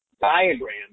diagram